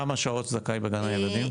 לכמה שעות הם זכאים בגן הילדים?